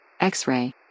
X-Ray